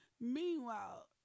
Meanwhile